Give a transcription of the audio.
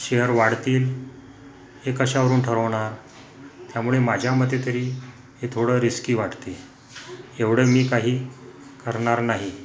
share वाढतील हे कशावरून ठरवणार त्यामुळे माझ्यामते तरी हे थोडं रिस्की वाटते एवढं मी काही करणार नाही